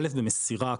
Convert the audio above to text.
א' במסירה,